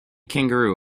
kangaroo